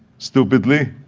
stupidly,